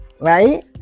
Right